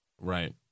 Right